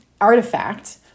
artifact